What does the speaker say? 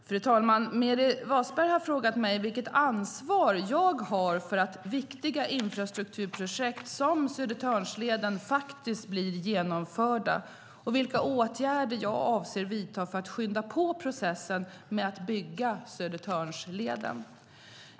Fru talman! Meeri Wasberg har frågat mig vilket ansvar jag har för att viktiga infrastrukturprojekt som Södertörnsleden faktiskt blir genomförda och vilka åtgärder jag avser att vidta för att skynda på processen med att bygga Södertörnsleden.